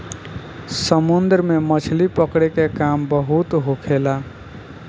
समुन्द्र में मछली पकड़े के काम बहुत होखेला